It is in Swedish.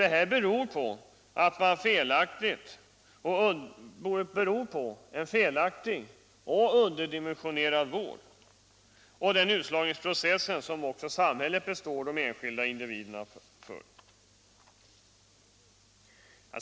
Det här beror på en felaktig och underdimensionerad vård och på den utslagningsprocess som samhället består de enskilda individerna.